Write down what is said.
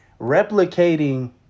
replicating